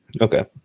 okay